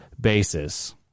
basis